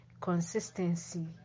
consistency